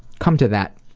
come to that,